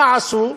מה עשו?